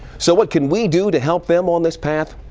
so what can we do to help them on this path?